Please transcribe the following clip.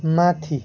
माथि